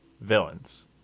villains